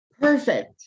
Perfect